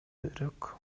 бирок